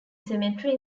cemetery